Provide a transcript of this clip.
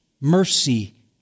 mercy